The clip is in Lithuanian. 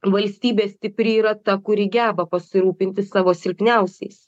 valstybė stipri yra ta kuri geba pasirūpinti savo silpniausiais